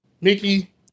mickey